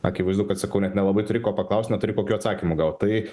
akivaizdu kad sakau net nelabai turi ko paklaust neturi kokių atsakymų gaut tai